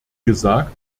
gesagt